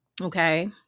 okay